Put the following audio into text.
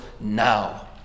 now